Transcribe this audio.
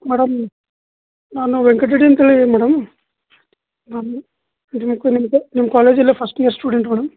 madam ನಾನು ವೆಂಕಟ್ ರೆಡ್ಡಿ ಅಂತೇಳಿ madam ನಾನು ನಿಮ್ಮ ಕಾಲೇಜಲ್ಲೇ ಫಸ್ಟ್ ಇಯರ್ ಸ್ಟೂಡೆಂಟ್ ಮೇಡಮ್